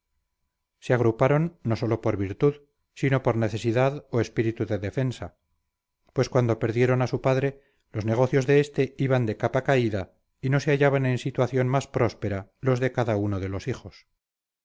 se agruparon no sólo por virtud sino por necesidad o espíritu de defensa pues cuando perdieron a su padre los negocios de este iban de capa caída y no se hallaban en situación más próspera los de cada uno de los hijos